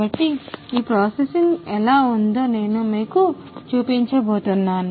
కాబట్టి ఈ ప్రాసెసింగ్ ఎలా ఉందో నేను మీకు చూపించబోతున్నాను